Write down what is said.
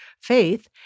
faith